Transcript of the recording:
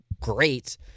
great